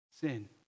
sin